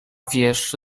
wiesz